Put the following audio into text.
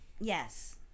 Yes